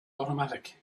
automatic